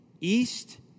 east